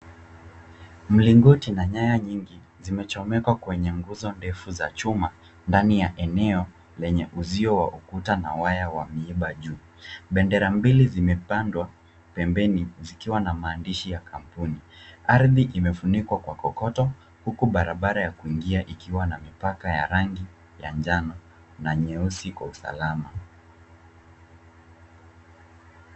Mlingoti na nyaya nyingi zimechomekwa kwenye nguzo nyingi za chuma ndani ya eneo lenye uzio wa ukuta na waya ya miba juu. Bendera mbili zimepandwa pembeni zikiwa na maandishi ya kampuni. Ardhi imefunikwa kwa kokoto huku barabara ya kuingia ikiwa na mipaka ya rangi ya njano na nyeusi kwa usalama.